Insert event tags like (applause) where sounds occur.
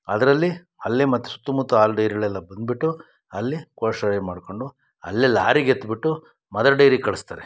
ಅದರಲ್ಲಿ ಅಲ್ಲೇ ಮತ್ತೆ ಸುತ್ತಮುತ್ತ ಹಾಲ್ ಡೈರಿಗಳೆಲ್ಲ ಬಂದುಬಿಟ್ಟು ಅಲ್ಲಿ (unintelligible) ಮಾಡಿಕೊಂಡು ಅಲ್ಲೇ ಲಾರಿಗೆ ಎತ್ತಿಬಿಟ್ಟು ಮದರ್ ಡೈರಿಗೆ ಕಳಿಸ್ತಾರೆ